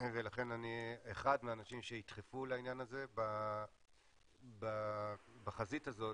ולכן אני אהיה אחד מהאנשים שידחפו לעניין הזה בחזית הזאת.